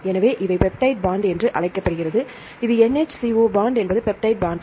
எனவே இவை peptide bond என்று அழைக்கப்படுகிறது இது NH CO பாண்ட் என்பது பெப்டைட் பாண்ட்